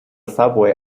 subway